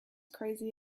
crazy